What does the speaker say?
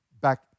back